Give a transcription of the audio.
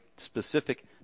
specific